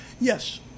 Yes